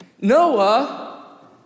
Noah